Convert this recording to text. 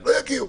לא יגיעו.